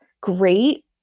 great